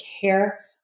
care